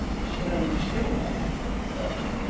stand still now, she cautioned,